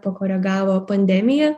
pakoregavo pandemija